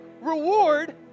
reward